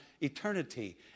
eternity